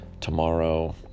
tomorrow